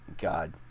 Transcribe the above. God